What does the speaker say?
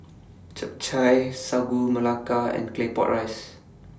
Chap Chai Sagu Melaka and Claypot Rice